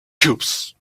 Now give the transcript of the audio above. cubes